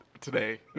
today